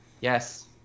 Yes